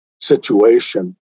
situation